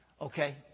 Okay